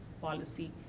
policy